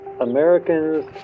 americans